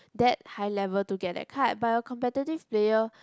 that high level to get that card but a competitive player